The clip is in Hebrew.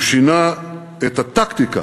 הוא שינה את הטקטיקה